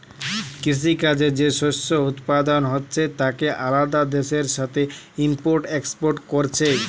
কৃষি কাজে যে শস্য উৎপাদন হচ্ছে তাকে আলাদা দেশের সাথে ইম্পোর্ট এক্সপোর্ট কোরছে